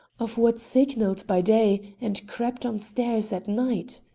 of what signalled by day and crept on stairs at night?